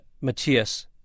Matthias